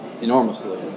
enormously